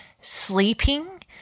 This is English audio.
sleeping